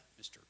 Mr